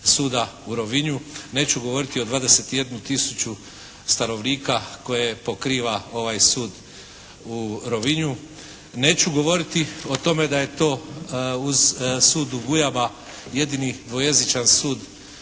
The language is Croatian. suda u Rovinju, neću govoriti o 21000 stanovnika koje pokriva ovaj sud u Rovinju. Neću govoriti o tome da je to uz sud u Bujama jedini dvojezičan sud